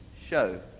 show